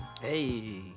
Hey